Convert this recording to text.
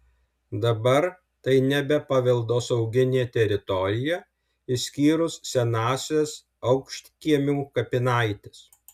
dabar tai nebe paveldosauginė teritorija išskyrus senąsias aukštkiemių kapinaites